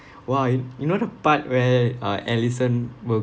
!wah! you know the part where uh allison will